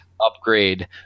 upgrade